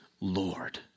Lord